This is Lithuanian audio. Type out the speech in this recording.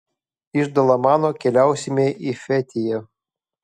iš dalamano keliausime į fetiją